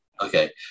Okay